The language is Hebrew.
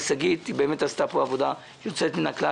היא באמת עשתה פה עבודה יוצאת מן הכלל.